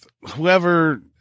whoever